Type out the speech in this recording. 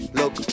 look